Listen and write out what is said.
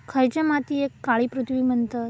खयच्या मातीयेक काळी पृथ्वी म्हणतत?